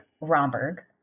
Romberg